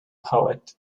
poet